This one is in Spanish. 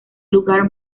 lugar